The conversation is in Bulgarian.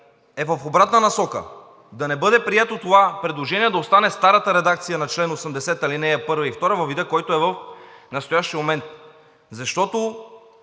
е в обратна насока – да не бъде прието това предложение. Да остане старата редакция на чл. 80, ал. 1 и ал. 2 във вида, който е в настоящия момент. Защото